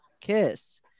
kiss